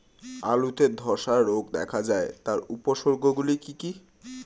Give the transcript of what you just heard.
আলুতে ধ্বসা রোগ দেখা দেয় তার উপসর্গগুলি কি কি?